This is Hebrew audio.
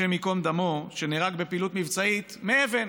השם ייקום דמו, שנהרג בפעילות מבצעית מאבן.